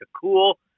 cool